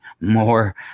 more